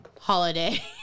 holiday